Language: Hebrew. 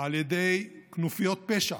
על ידי כנופיות פשע,